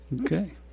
Okay